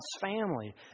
family